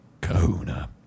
kahuna